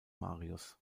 marius